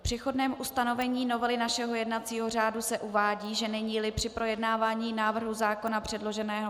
V přechodném ustanovení novely našeho jednacího řádu se uvádí, že neníli při projednávání návrhu zákona předloženého